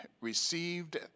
received